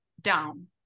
down